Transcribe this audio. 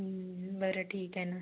बरं ठीक आहे ना